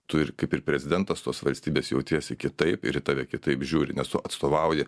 tu ir kaip ir prezidentas tos valstybės jautiesi kitaip ir į tave kitaip žiūri nes tu atstovauji